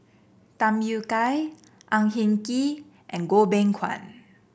Tham Yui Kai Ang Hin Kee and Goh Beng Kwan